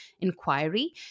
inquiry